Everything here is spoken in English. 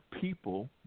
people